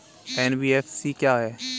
NBFC क्या है?